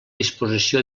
disposició